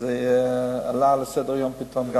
וזה עלה לסדר-היום פתאום.